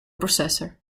processor